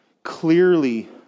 Clearly